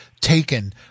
taken